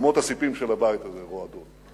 אמות הספים של הבית הזה רועדות.